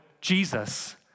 Jesus